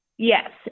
Yes